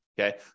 Okay